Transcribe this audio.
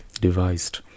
devised